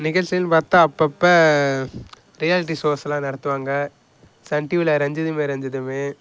நிகழ்ச்சிகள்னு பார்த்தா அப்பப்போ ரியாலிட்டி ஷோஸ்லாம் நடத்துவாங்க சன் டிவியில் ரஞ்சிதமே ரஞ்சிதமே